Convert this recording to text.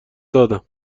دادم